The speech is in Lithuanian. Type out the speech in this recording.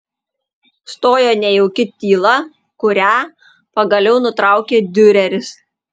stojo nejauki tyla kurią pagaliau nutraukė diureris